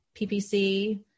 PPC